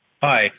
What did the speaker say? Hi